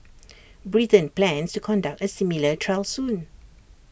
Britain plans to conduct A similar trial soon